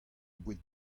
boued